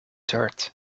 dirt